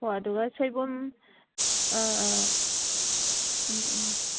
ꯍꯣꯏ ꯑꯗꯨꯒ ꯁꯣꯏꯕꯨꯝ ꯑꯥ ꯑꯥ ꯎꯝ ꯎꯝ